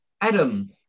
Adam